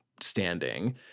standing